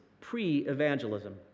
pre-evangelism